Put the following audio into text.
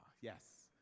Yes